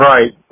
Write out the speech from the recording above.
Right